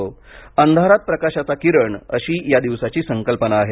अंधारात प्रकाशाचा किरण अशी या दिवसाची संकल्पना आहे